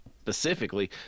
specifically